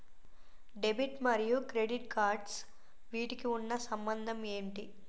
Debit మరియు credit cards వీటికి ఉన్న సంబంధం ఏంటి?